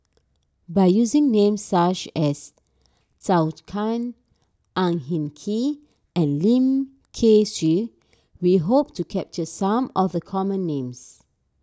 by using names such as Zhou Can Ang Hin Kee and Lim Kay Siu we hope to capture some of the common names